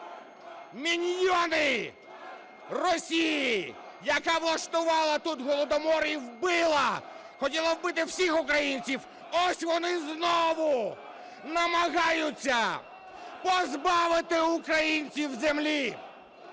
міньйони Росії, яка влаштувала тут голодомор і вбила, хотіла вбити всіх українців. Ось вони, знову намагаються позбавити українців землі.